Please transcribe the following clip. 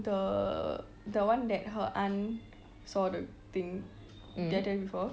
the the one that her aunt say the thing did I tell you before